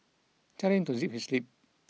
tell him to zip his lip